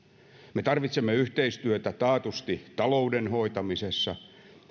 me tarvitsemme yhteistyötä taatusti talouden hoitamisessa